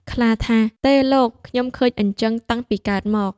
ខ្លាថា៖ "ទេលោក! ខ្ញុំឃើញអីចឹងតាំងពីកើតមក"។